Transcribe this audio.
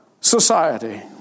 society